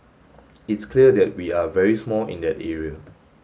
it's clear that we are very small in that area